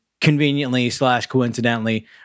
conveniently-slash-coincidentally